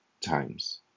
times